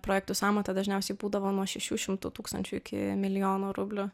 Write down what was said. projektų sąmata dažniausiai būdavo nuo šešių šimtų tūkstančių iki milijono rublių